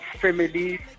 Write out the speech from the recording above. families